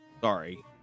Sorry